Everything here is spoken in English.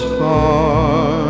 far